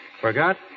Forgot